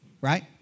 right